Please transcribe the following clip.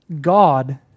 God